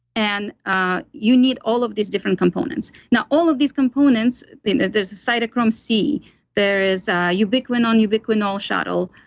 and ah you need all of these different components. now, all of these components, then there's a cytochrome c there is ubiquinone ubiquinol shuttle.